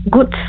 Good